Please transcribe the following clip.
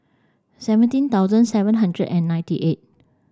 seventeen thousand seven hundred and ninety eight